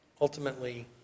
Ultimately